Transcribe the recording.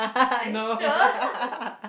are you sure